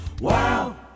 Wow